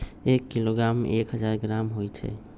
एक किलोग्राम में एक हजार ग्राम होई छई